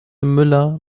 müller